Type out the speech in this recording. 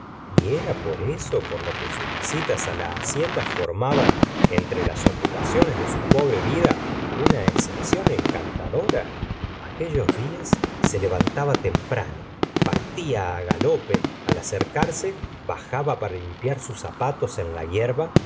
y era por eso por lo que sus visitas la hacienda formaban entre las ocupaciones de su pobre vida una excepción encantadora aquellos días se levantaba temprano partía á galope al acercarse bajaba para limpiar mis zapatos en la hierba